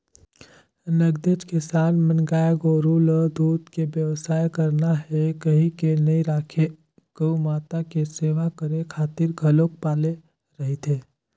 नगदेच किसान मन गाय गोरु ल दूद के बेवसाय करना हे कहिके नइ राखे गउ माता के सेवा करे खातिर घलोक पाले रहिथे